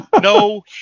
No